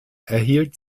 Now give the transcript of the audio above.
erhielt